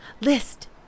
List